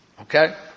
Okay